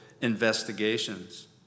investigations